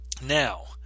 Now